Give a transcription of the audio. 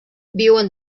viuen